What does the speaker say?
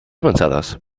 avançades